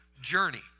journey